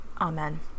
Amen